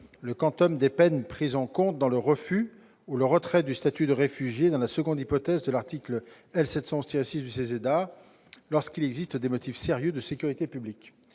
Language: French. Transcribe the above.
le quantum des peines prises en compte dans le refus ou le retrait du statut de réfugié dans la seconde hypothèse de l'article L. 711-6 du CESEDA, lorsqu'il existe des motifs sérieux de sécurité publique.